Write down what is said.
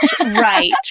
right